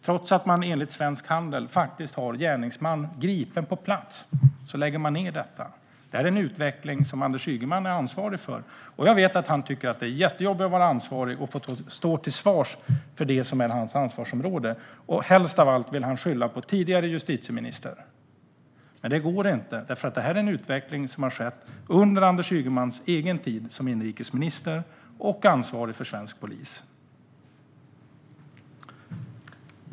Enligt Svensk Handel läggs ärenden ned trots att man har en gärningsman gripen på plats. Detta är en utveckling som Anders Ygeman är ansvarig för. Jag vet att han tycker att det är jättejobbigt att vara ansvarig och att stå till svars för det som är hans ansvarsområde. Helst av allt vill han skylla på tidigare justitieminister. Men det går inte, för detta är en utveckling som har skett under Anders Ygemans tid som inrikesminister och ansvarig för svensk polis.